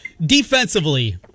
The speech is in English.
defensively